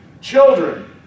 Children